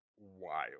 wild